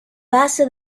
base